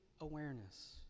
awareness